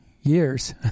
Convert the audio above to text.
years